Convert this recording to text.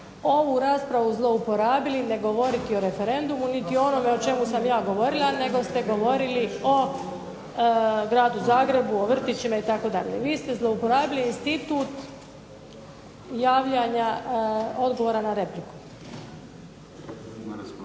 ovu raspravu zlouporabili ne govoriti o referendumu niti o onome o čemu sam ja govorila nego ste govorili o gradu Zagrebu, vrtićima itd. Vi ste zloporabili institut javlja odgovora na repliku.